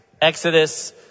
Exodus